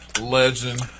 Legend